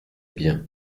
bien